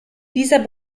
dieser